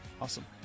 awesome